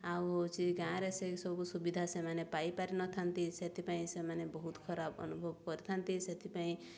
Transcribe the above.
ଆଉ ହେଉଛି ଗାଁରେ ସେସବୁ ସୁବିଧା ସେମାନେ ପାଇପାରିନଥାନ୍ତି ସେଥିପାଇଁ ସେମାନେ ବହୁତ ଖରାପ ଅନୁଭବ କରିଥାନ୍ତି ସେଥିପାଇଁ